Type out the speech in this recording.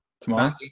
Tomorrow